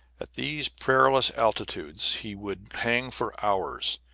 at these perilous altitudes he would hang for hours,